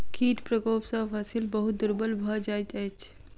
कीट प्रकोप सॅ फसिल बहुत दुर्बल भ जाइत अछि